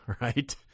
right